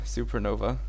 Supernova